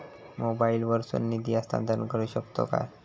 मोबाईला वर्सून निधी हस्तांतरण करू शकतो काय?